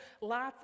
lots